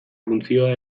funtzioa